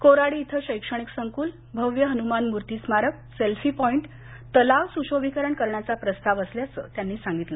कोराडी इथं शैक्षणिक संक्ल भव्य हनुमान मूर्ती स्मारक सेल्फी पॉइंट तलाव सुशोभीकरण करण्याचा प्रस्ताव असल्याचं त्यांनी सांगितलं